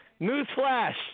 newsflash